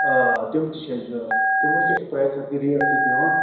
آ تِم تہِ چھِ اَسہِ ضروٗرت تِمن کیٛاہ چھُ پرٛایِس تتھ کیٛاہ ریٹ دِوان